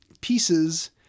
Pieces